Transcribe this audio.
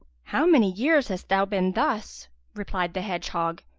how many years hast thou been thus? replied the hedgehog,